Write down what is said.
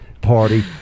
party